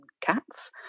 cats